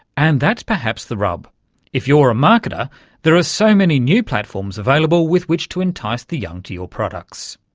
and that's perhaps the rub if you're a marketer there are so many new platforms available with which to entice the young to your products.